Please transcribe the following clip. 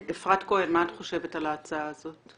אפרת כהן, מה את חושבת על ההצעה הזאת?